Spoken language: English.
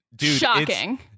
shocking